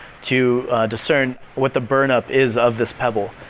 to discern what the burn up is of this pebble.